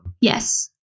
Yes